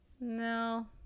No